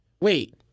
Wait